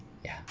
yeah